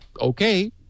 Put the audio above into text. okay